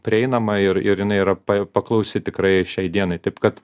prieinama ir ir jinai yra pa paklausi tikrai šiai dienai taip kad